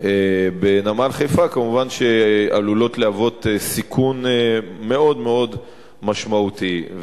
בנמל חיפה עלולות כמובן להוות סיכון מאוד מאוד משמעותי.